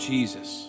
Jesus